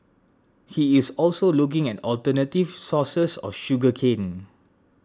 he is also looking at alternative sources of sugar cane